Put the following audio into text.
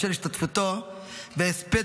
בשל השתתפותו בהספד,